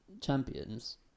champions